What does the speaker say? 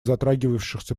затрагивавшихся